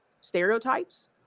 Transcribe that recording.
stereotypes